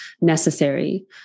necessary